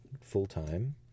full-time